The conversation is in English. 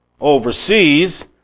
overseas